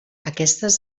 aquestes